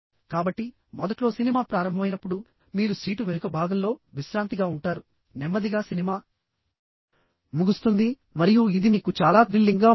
కాబట్టి మొదట్లో సినిమా ప్రారంభమైనప్పుడు మీరు సీటు వెనుక భాగంలో విశ్రాంతిగా ఉంటారు నెమ్మదిగా సినిమా ముగుస్తుంది మరియు ఇది మీకు చాలా థ్రిల్లింగ్గా ఉంటుంది